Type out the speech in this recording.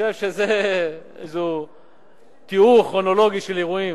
חושב שזה תיאור כרונולוגי של אירועים,